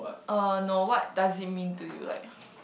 uh no what does it mean to you like